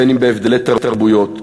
בין אם בהבדלי תרבויות,